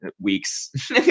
weeks